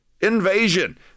Invasion